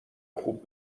خوب